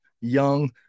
Young